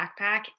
backpack